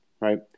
right